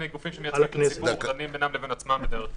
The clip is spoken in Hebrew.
--- גופים שמייצגים את הציבור דנים בינם לבין עצמם בדרך כלל.